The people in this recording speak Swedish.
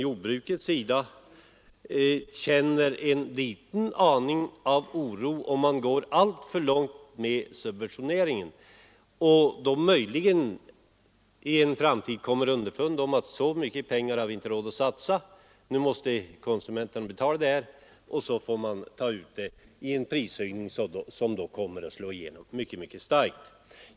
På jordbrukarhåll känner vi oss litet oroliga för att man skall gå alltför långt med subventioneringen och möjligen i en framtid kommer underfund med att ”så mycket pengar har vi inte råd att satsa, nu måste konsumenterna betala det här”. Och så är man tvungen att ta ut beloppet i form av en prishöjning som kommer att slå igenom mycket starkt.